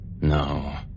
No